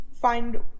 find